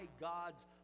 God's